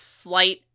slight